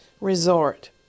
resort